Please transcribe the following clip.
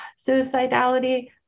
suicidality